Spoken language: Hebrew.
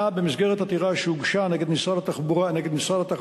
במסגרת עתירה שהוגשה נגד משרד התחבורה,